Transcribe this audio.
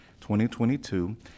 2022